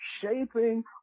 shaping